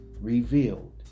revealed